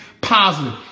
positive